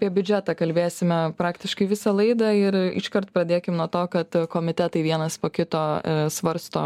apie biudžetą kalbėsime praktiškai visą laidą ir iškart pradėkim nuo to kad komitetai vienas po kito svarsto